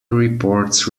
reports